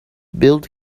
build